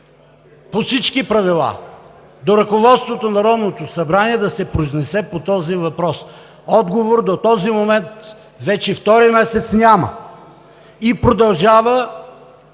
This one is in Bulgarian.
по всички правила, до ръководството на Народното събрание да се произнесе по този въпрос. Отговор до този момент, вече втори месец, няма и продължава